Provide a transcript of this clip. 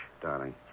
darling